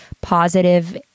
positive